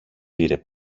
πήρε